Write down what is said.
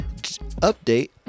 update